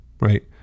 right